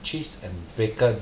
cheese and bacon